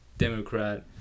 Democrat